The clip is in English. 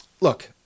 look